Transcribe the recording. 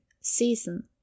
Season